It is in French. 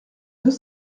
deux